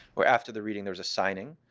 where, after the reading, there was a signing.